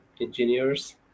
engineers